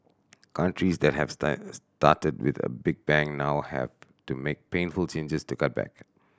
countries that have started with a big bang now have to make painful changes to cut back